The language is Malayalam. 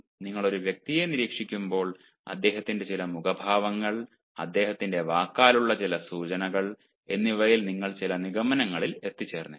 നിങ്ങൾ ഒരു വ്യക്തിയെ നിരീക്ഷിക്കുമ്പോൾ അദ്ദേഹത്തിന്റെ ചില മുഖഭാവങ്ങൾ അദ്ദേഹത്തിന്റെ വാക്കാലുള്ള ചില സൂചനകൾ എന്നിവയാൽ നിങ്ങൾ ചില നിഗമനങ്ങളിൽ എത്തിച്ചേർന്നേക്കാം